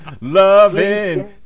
Loving